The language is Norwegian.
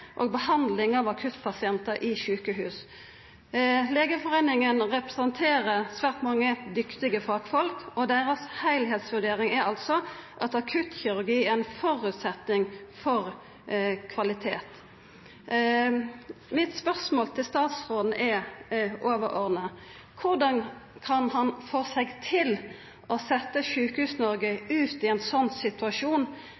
og behandling av akuttpasientar i sjukehus. Legeforeningen representerer svært mange dyktige fagfolk, og deira vurdering er altså at akuttkirurgi er ein føresetnad for kvalitet. Mitt spørsmål til statsråden er overordna: Korleis kan han få seg til å